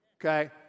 Okay